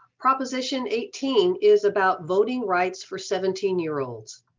proposition eighteen is about voting rights for seventeen year olds.